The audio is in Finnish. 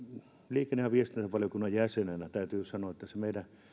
liikenne ja viestintävaliokunnan jäsenenä täytyy sanoa että se meidän